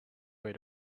way